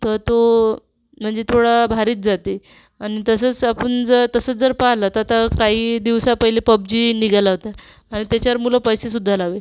तर तो म्हणजे थोडा भारीच जाते आणि तसंच आपण जर तसंच जर पाहिलं तर काही दिवसा पहिले पबजी निघाला होता आणि त्याच्यावर मुलं पैसेसुद्धा लावले